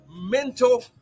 mental